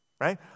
right